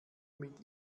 mit